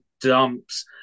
dumps